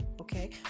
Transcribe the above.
okay